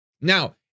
Now